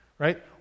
Right